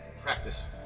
practice